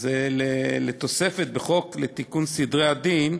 זה לתוספת בחוק לתיקון סדרי הדין,